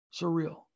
surreal